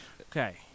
Okay